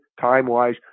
Time-wise